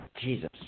Jesus